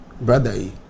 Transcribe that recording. brother